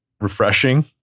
refreshing